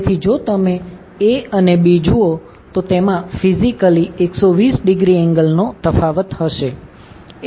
તેથી જો તમે A અને B જુઓ તો તેમાં ફિઝિકલી 120 ડિગ્રી એંગલ નો તફાવત હશે